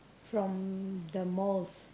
from the malls